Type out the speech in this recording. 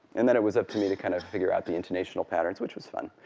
and then it was up to me to kind of figure out the intonational patterns, which was fun.